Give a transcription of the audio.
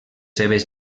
seves